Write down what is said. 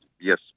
yes